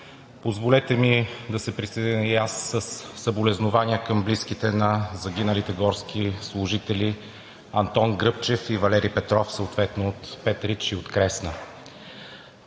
позволете ми да се присъединя и аз със съболезнования към близките на загиналите горски служители Антон Гръбчев и Валери Петров, съответно от Петрич и от Кресна!